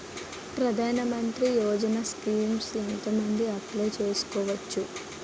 ప్రధాన మంత్రి యోజన స్కీమ్స్ ఎంత మంది అప్లయ్ చేసుకోవచ్చు?